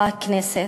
לכנסת.